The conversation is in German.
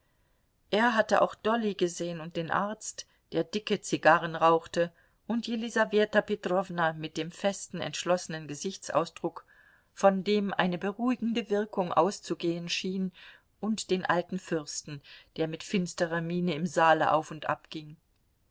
er hatte auch dolly gesehen und den arzt der dicke zigarren rauchte und jelisaweta petrowna mit dem festen entschlossenen gesichtsausdruck von dem eine beruhigende wirkung auszugehen schien und den alten fürsten der mit finsterer miene im saale auf und